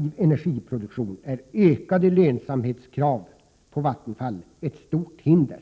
värde i dag. Ökade lönsamhetskrav på Vattenfall är ett stort hinder för att öka insatserna inom alternativ energiproduktion inför avvecklingen av kärnkraften.